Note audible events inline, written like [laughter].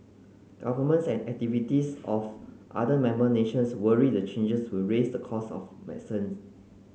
governments and activists of other member nations worry the changes will raise the costs of [unintelligible]